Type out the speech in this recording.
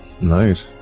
Nice